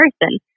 person